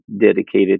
dedicated